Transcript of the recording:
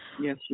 Yes